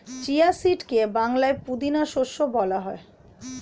chia সিডকে বাংলায় পুদিনা শস্য বলা হয়